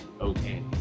okay